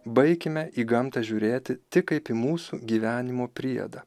baikime į gamtą žiūrėti tik kaip į mūsų gyvenimo priedą